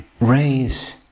raise